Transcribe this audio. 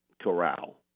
Corral